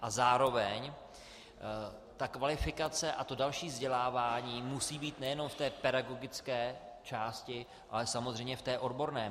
A zároveň ta kvalifikace a další vzdělávání musí být nejenom v té pedagogické části, ale samozřejmě i v té odborné.